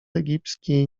egipski